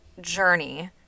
journey